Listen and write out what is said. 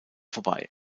vorbei